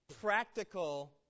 practical